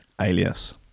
alias